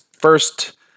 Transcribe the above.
first